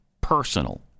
personal